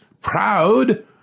proud